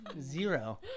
Zero